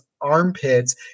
armpits